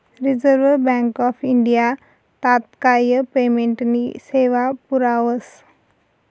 reserve Bank of India तात्काय पेमेंटनी सेवा पुरावस